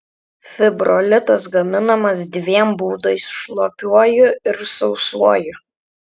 fibrolitas gaminamas dviem būdais šlapiuoju ir sausuoju